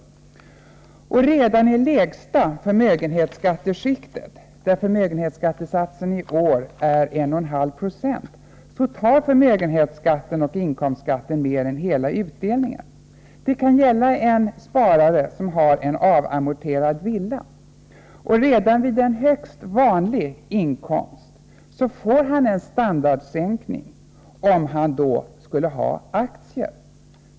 Redan i lägsta förmögenhetsskatteskiktet, där förmögenhetsskatten i år är 1,5 96, tar förmögenhetsoch inkomstskatterna mer än hela utdelningen. Det kan gälla en småsparare som har en avamorterad villa. Redan vid en högst vanlig inkomst får han en standardsänkning om han innehar aktier.